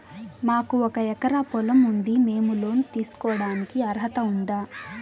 మాకు ఒక ఎకరా పొలం ఉంది మేము లోను తీసుకోడానికి అర్హత ఉందా